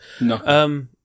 No